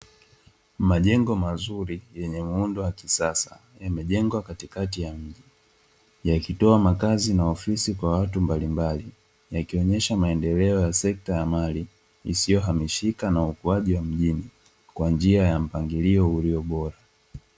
Majengo mazuri yenye muundo wa kisasa yamejengwa katikati ya mji. Yakitoa makazi na ofisi kwa watu mbalimbal, yakionyesha maendeleo ya sekta ya mali isiyohamishika na ukuaji wa mjini kwa njia ya mpangilio ulio bora.